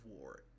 war